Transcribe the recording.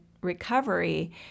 recovery